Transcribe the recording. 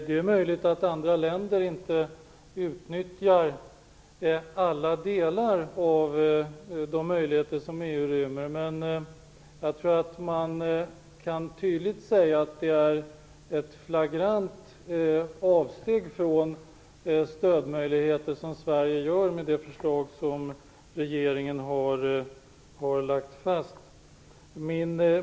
Det är möjligt att andra länder inte utnyttjar alla delar av de möjligheter som EU rymmer, men jag tror att man kan säga att det är ett flagrant avsteg från stödmöjligheter som Sverige gör i och med det förslag som regeringen har lagt fast.